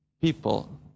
people